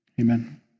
Amen